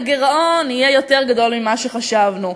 הגירעון יהיה יותר גדול ממה שחשבנו,